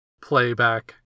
playback